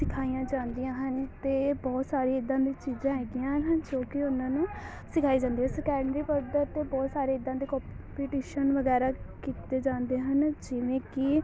ਸਿਖਾਈਆਂ ਜਾਂਦੀਆਂ ਹਨ ਅਤੇ ਬਹੁਤ ਸਾਰੀ ਇੱਦਾਂ ਦੀਆਂ ਚੀਜ਼ਾਂ ਹੈਗੀਆਂ ਜੋ ਕਿ ਉਹਨਾਂ ਨੂੰ ਸਿਖਾਈ ਜਾਂਦੀ ਸੰਕੈਡਰੀ ਪੱਧਰ 'ਤੇ ਬਹੁਤ ਸਾਰੇ ਇੱਦਾਂ ਦੇ ਕੋਂ ਪੀਟੀਸ਼ਨ ਵਗੈਰਾ ਕੀਤੇ ਜਾਂਦੇ ਹਨ ਜਿਵੇਂ ਕੀ